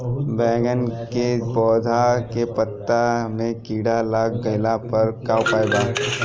बैगन के पौधा के पत्ता मे कीड़ा लाग गैला पर का उपाय बा?